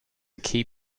key